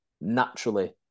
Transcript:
naturally